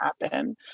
happen